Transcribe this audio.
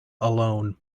alone